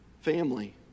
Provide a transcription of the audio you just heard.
family